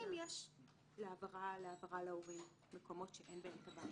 להעברה להורים במקומות שאין בהם טב"ם.